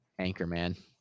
Anchorman